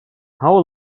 how